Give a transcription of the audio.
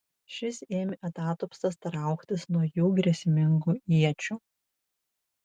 šis ėmė atatupstas trauktis nuo jų grėsmingų iečių